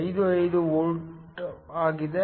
55 volt ಆಗಿದೆ